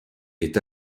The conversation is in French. est